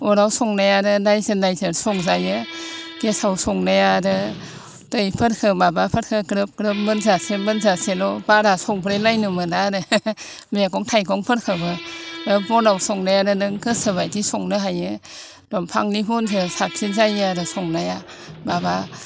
अराव संनायानो नायजेर नायजेर संजायो गेसाव संनाया आरो दैफोरखौ माबाफोरखौ ग्रोब ग्रोब मोनजासे मोनजासेल' बारा संब्रेलायनो मोना आरो मैगं थाइगंफोरखौबो बे बनाव संनायानो नों गोसो बायदि संनो हायो दंफांनि बनजों साबसिन जायो आरो संनाया माबा